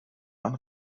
ein